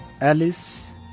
Alice